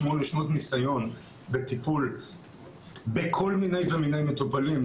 שמונה שנות ניסיון בטיפול בכל מיני מטופלים,